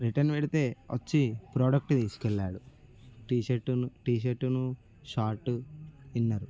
return పెడితే వచ్చి product తీసుకెళ్ళాడు టీ షర్టూ టీ షర్టూనూ షార్ట్ ఇన్నర్